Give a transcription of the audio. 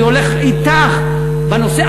אני הולך אתך בנושא,